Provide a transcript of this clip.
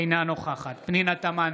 אינה נוכחת פנינה תמנו,